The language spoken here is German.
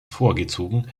vorgezogen